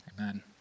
Amen